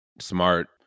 smart